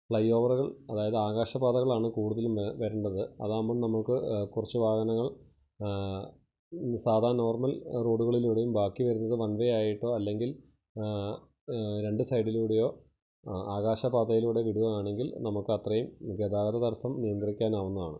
fly ഓവറുകൾ അതായത് ആകാശ പാതകളാണ് കൂടുതലും വരണ്ടത് അതാകുമ്പം നമുക്ക് കുറച്ച് വാഹനങ്ങൾ സാധാ നോർമ്മൽ റോഡുകളിലൂടെയും ബാക്കി വരുന്നത് വൺ വേ ആയിട്ടോ അല്ലെങ്കിൽ രണ്ട് സൈഡിലൂടെയോ ആകാശ പാതയിലൂടെ വിടുവാണെങ്കിൽ നമുക്കത്രയും ഗതാഗത തടസം നിയന്ത്രിക്കാനാവുന്നതാണ്